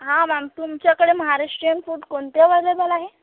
हा मॅम तुमच्याकडे महाराष्ट्रीयन फूड कोणते अव्हलेबल आहे